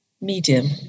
medium